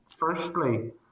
Firstly